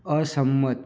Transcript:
અસંમત